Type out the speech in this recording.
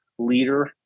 Leader